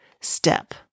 step